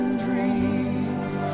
dreams